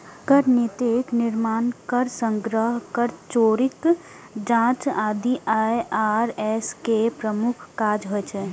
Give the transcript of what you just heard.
कर नीतिक निर्माण, कर संग्रह, कर चोरीक जांच आदि आई.आर.एस के प्रमुख काज होइ छै